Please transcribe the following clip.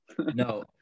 No